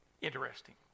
interesting